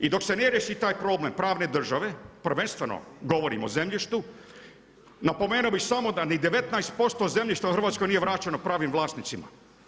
I dok se ne riješi taj problem pravne države, prvenstveno govorim o zemljištu, napomenuo bih samo da ni 19% zemljišta u Hrvatskoj nije vraćeno pravim vlasnicima.